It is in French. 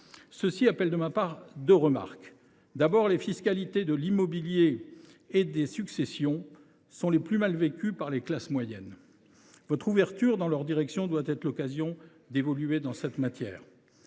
et appelle de ma part deux remarques. Premièrement, les fiscalités de l’immobilier et des successions sont les plus mal vécues par les classes moyennes. Votre ouverture dans leur direction doit être l’occasion d’évoluer en la matière.